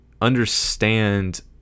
understand